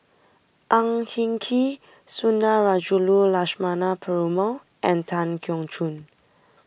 Ang Hin Kee Sundarajulu Lakshmana Perumal and Tan Keong Choon